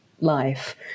life